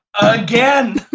again